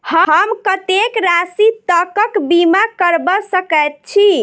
हम कत्तेक राशि तकक बीमा करबा सकैत छी?